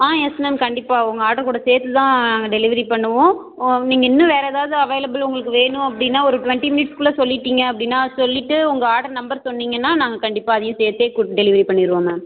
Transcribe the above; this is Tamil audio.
ஆ யெஸ் மேம் கண்டிப்பாக உங்கள் ஆர்டர் கூட சேர்த்து தான் நாங்கள் டெலிவரி பண்ணுவோம் நீங்கள் இன்னும் வேறு எதாவது அவைளபுல் உங்களுக்கு வேணும் அப்படின்னா ஒரு டுவெண்ட்டி மினிட்ஸ்குள்ளே சொல்லிவிட்டீங்க அப்படின்னா சொல்லிவிட்டு உங்கள் ஆர்டர் நம்பர் சொன்னீங்கன்னா நாங்கள் கண்டிப்பாக அதையும் சேர்த்தே கு டெலிவரி பண்ணிருவோம் மேம்